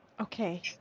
Okay